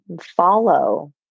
Follow